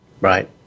Right